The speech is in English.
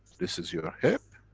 this is your hip,